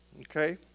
Okay